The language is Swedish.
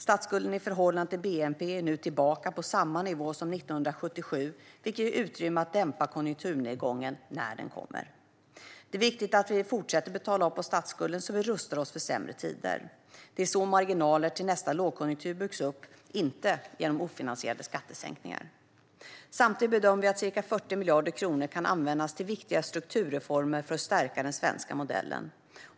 Statsskulden i förhållande till bnp är nu tillbaka på samma nivå som 1977, vilket ger utrymme att dämpa konjunkturnedgången när den kommer. Det är viktigt att vi fortsätter att betala av på statsskulden så att vi rustar oss för sämre tider. Det är så marginaler i nästa lågkonjunktur byggs upp, inte genom ofinansierade skattesänkningar. Samtidigt bedömer vi att ca 40 miljarder kronor kan användas till viktiga strukturreformer för att stärka den svenska modellen.